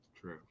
True